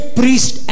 priest